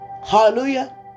Hallelujah